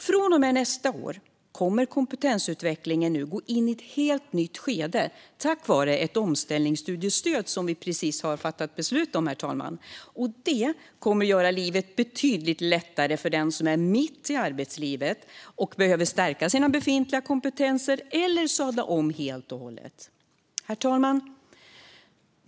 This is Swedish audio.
Från och med nästa år kommer kompetensutvecklingen att gå in i ett helt nytt skede tack vare ett omställningsstudiestöd, som vi precis har fattat beslut om, herr talman. Det kommer att göra livet betydligt lättare för den som är mitt i arbetslivet och behöver stärka sina befintliga kompetenser eller sadla om helt och hållet. Herr talman!